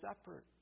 separate